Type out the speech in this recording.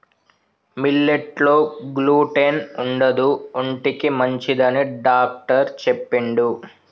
millet లో గ్లూటెన్ ఉండదు ఒంటికి మంచిదని డాక్టర్ చెప్పిండు